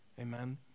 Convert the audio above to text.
Amen